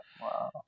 wow